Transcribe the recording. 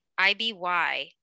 IBY